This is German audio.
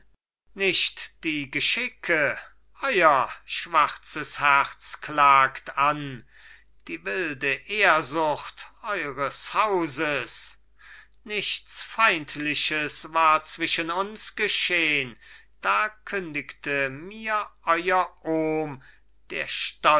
nicht die geschicke euer schwarzes herz klagt an die wilde ehrsucht eures hauses nichts feindliches war zwischen uns geschehn da kündigte mir euer ohm der